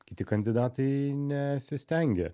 kiti kandidatai nesistengė